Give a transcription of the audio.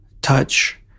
touch